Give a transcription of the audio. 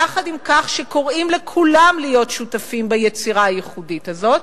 יחד עם כך שקוראים לכולם להיות שותפים ביצירה הייחודית הזאת.